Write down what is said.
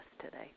today